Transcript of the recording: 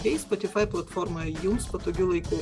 bei spotify platformoje jums patogiu laiku